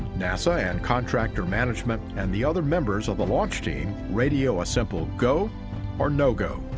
nasa and contractor management and the other members of the launch team radio a simple go or no-go.